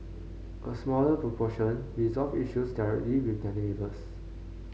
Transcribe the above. a smaller proportion resolved issues directly with their neighbours